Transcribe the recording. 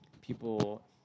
People